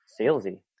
salesy